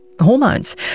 hormones